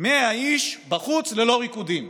100 איש בחוץ, ללא ריקודים.